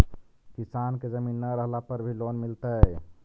किसान के जमीन न रहला पर भी लोन मिलतइ?